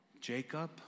Jacob